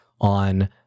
on